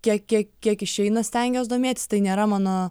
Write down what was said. kiek kiek kiek išeina stengiuos domėtis tai nėra mano